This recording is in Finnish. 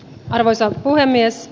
arvoisa puhemies